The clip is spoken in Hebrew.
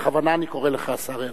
ובכוונה אני קורא לך השר הרצוג,